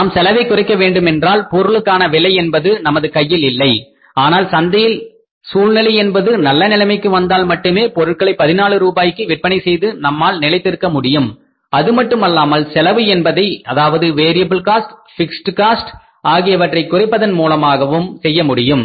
நாம் செலவை குறைக்க வேண்டும் ஏனென்றால் பொருளுக்கான விலை என்பது நமது கையில் இல்லை ஆனால் சந்தையில் சூழ்நிலை என்பது நல்ல நிலைமைக்கு வந்தால் மட்டுமே பொருட்களை 14 ரூபாய்க்கு விற்பனை செய்து நம்மால் நிலைத்திருக்கமுடியும் அதுமட்டுமல்லாமல் செலவு என்பதை அதாவது வேரியபுள் காஸ்ட் பிக்ஸ்ட் காஸ்ட் ஆகியவற்றை குறைப்பதன் மூலமாகவும் செய்ய முடியும்